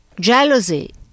jealousy